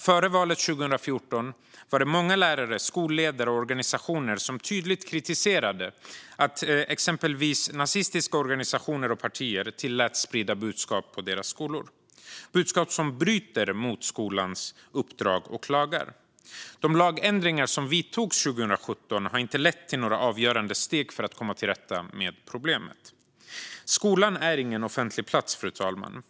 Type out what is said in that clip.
Före valet 2014 var det många lärare, skolledare och organisationer som tydligt kritiserade att exempelvis nazistiska organisationer och partier tillåtits sprida sitt budskap på deras skolor, budskap som bryter mot skolans uppdrag och lagar. De lagändringar som gjordes 2017 har inte lett till några avgörande steg för att komma till rätta med problemet. Skolan är ingen offentlig plats, fru talman.